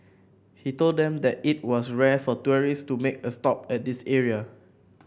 he told them that it was rare for tourists to make a stop at this area